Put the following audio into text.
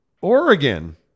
Oregon